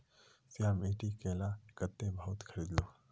श्याम ईटी केला कत्ते भाउत खरीद लो